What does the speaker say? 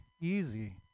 easy